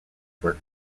work